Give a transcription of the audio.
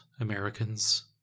americans